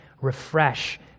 refresh